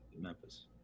Memphis